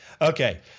Okay